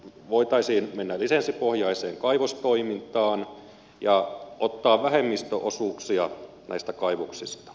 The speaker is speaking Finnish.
voitaisiin mennä lisenssipohjaiseen kaivostoimintaan ja ottaa vähemmistöosuuksia näistä kaivoksista